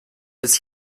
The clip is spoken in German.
bis